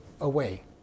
away